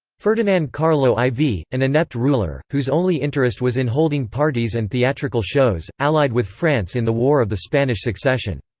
ferdinand carlo iv, an inept ruler, whose only interest was in holding parties and theatrical shows, allied with france in the war of the spanish succession.